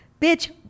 Bitch